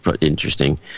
interesting